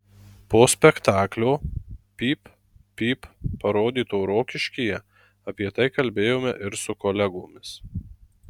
po spektaklio pyp pyp parodyto rokiškyje apie tai kalbėjome ir su kolegomis